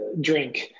drink